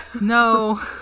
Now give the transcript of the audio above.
No